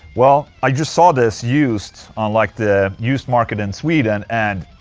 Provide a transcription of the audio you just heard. well, i just saw this used on like the used market in sweden and.